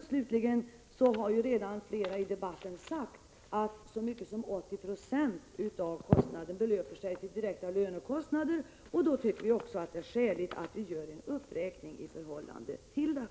studerandehälsovården har flera i debatten redan sagt att så mycket som 80 96 av kostnaden beror på direkta lönekostnader, och då tycker vi att det är skäligt att göra en uppräkning i förhållande till detta.